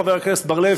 חבר הכנסת בר-לב,